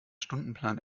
stundenplan